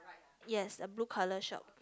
yes a blue colour shop